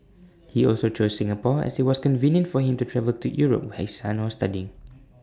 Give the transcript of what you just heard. he also chose Singapore as IT was convenient for him to travel to Europe where his son was studying